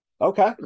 Okay